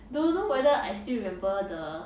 don't know whether I still remember the